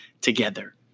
together